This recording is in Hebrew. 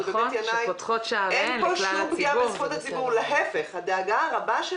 נכון, שפותחות שעריהן לכלל הציבור, וזה בסדר גמור.